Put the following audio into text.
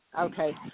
okay